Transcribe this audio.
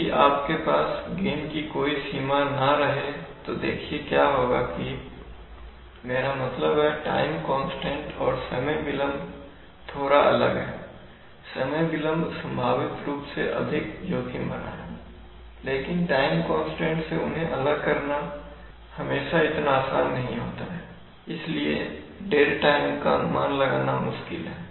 यदि आपके पास गेन की कोई सीमा ना रहे तो देखिए क्या होगा कि मेरा मतलब है टाइम कांस्टेंट और समय विलंब थोड़ा अलग है समय विलंब संभावित रूप से अधिक जोखिम भरा है लेकिन टाइम कांस्टेंट से उन्हें अलग करना हमेशा इतना आसान नहीं होता है इसलिए डेड टाइम का अनुमान लगाना मुश्किल है